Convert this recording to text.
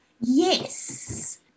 Yes